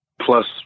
plus